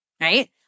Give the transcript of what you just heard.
right